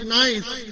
nice